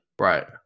Right